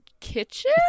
kitchen